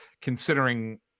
considering